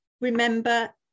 Remember